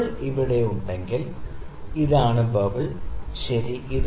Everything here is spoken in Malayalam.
ബബിൾ ഇവിടെ ഉണ്ടെങ്കിൽ ഇതാണ് ബബിൾ ശരി